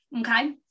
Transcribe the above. okay